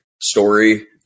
story